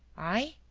i?